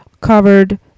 covered